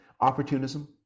opportunism